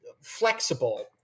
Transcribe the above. flexible